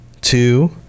two